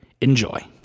Enjoy